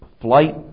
flight